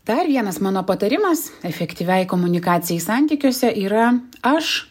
dar vienas mano patarimas efektyviai komunikacijai santykiuose yra aš